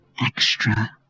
extra